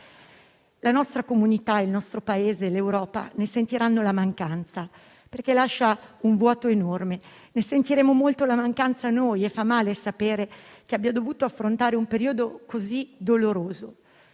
La nostra comunità, il nostro Paese, l'Europa ne sentiranno la mancanza perché lascia un vuoto enorme. Ne sentiremo molto la mancanza noi, e fa male sapere che abbia dovuto affrontare un periodo così doloroso.